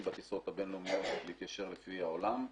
בטיסות הבין-לאומיות להתיישר לפי העולם.